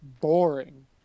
boring